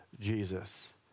Jesus